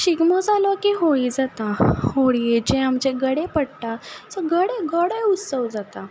शिगमो जालो की होळी जाता होळयेचें आमचे गडे पडटा सो गडे गडो उत्सव जाता